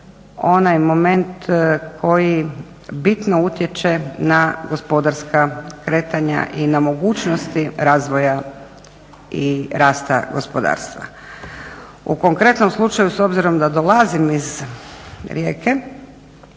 onaj moment koji bitno utječe na gospodarska kretanja i na mogućnosti razvoja i rasta gospodarstva. U konkretnom slučaju s obzirom da dolazim iz Rijeke,